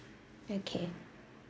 okay